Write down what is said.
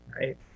Right